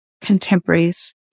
contemporaries